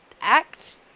act